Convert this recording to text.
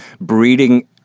breeding